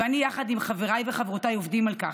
ואני יחד עם חבריי וחברותי עובדים על כך.